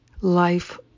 life